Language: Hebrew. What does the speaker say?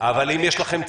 אבל האם יש לכם צפי,